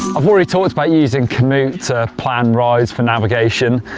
i've already talked about using commute to plan rides, for navigation.